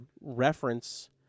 reference